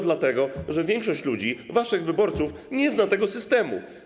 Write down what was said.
Dlatego że większość ludzi, waszych wyborców, nie zna tego systemu.